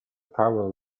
power